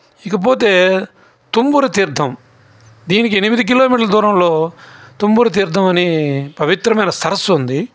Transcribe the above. ఇకపోతే తుమ్మూరు తీర్థం దీనికి ఎనిమిది కిలోమీటర్ల దూరంలో తుమ్మూరు తీర్థం అని పవిత్రమైన సరస్సు ఉంది